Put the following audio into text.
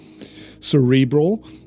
cerebral